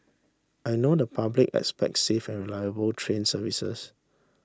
I know the public expects safe and reliable train services